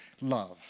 love